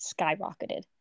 skyrocketed